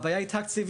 הבעיה היא תקציבית.